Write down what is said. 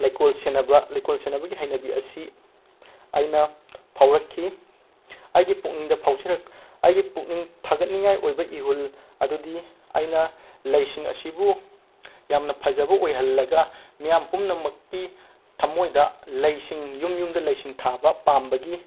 ꯂꯩꯀꯣꯜ ꯁꯦꯟꯅꯕ ꯂꯩꯀꯣꯜ ꯁꯦꯟꯅꯕꯒꯤ ꯍꯩꯅꯕꯤ ꯑꯁꯤ ꯑꯩꯅ ꯐꯥꯎꯔꯛꯈꯤ ꯑꯩꯒꯤ ꯄꯨꯛꯅꯤꯡꯗ ꯐꯥꯏꯖꯔꯛ ꯑꯩꯒꯤ ꯄꯨꯛꯅꯤꯡ ꯊꯥꯒꯠꯅꯤꯡꯉꯥꯏ ꯑꯣꯏꯕ ꯏꯍꯨꯜ ꯑꯗꯨꯗꯤ ꯑꯩꯅ ꯂꯩꯁꯤꯡ ꯑꯁꯤꯕꯨ ꯌꯥꯝꯅ ꯐꯖꯕ ꯑꯣꯏꯍꯜꯂꯒ ꯃꯤꯌꯥꯝ ꯄꯨꯝꯅꯃꯛꯀꯤ ꯊꯃꯣꯏꯗ ꯂꯩꯁꯤꯡ ꯌꯨꯝ ꯌꯨꯝꯗ ꯂꯩꯁꯤꯡ ꯊꯥꯕ ꯄꯥꯝꯕꯒꯤ